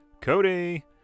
Cody